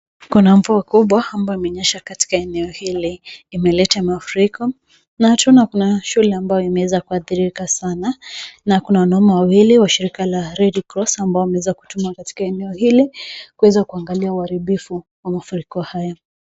Kuna mvua kubwa ambayo imenyesha katika eneo hili. Inaleta mafuriko na tunaona kuna shule ambayo imeweza kuathirika sana na kuna wanaume wawili wa shirika la, Red Cross, ambao wameweza kutumwa katika eneo hili kuweza kuangalia uharibifu wa mafuriko haya.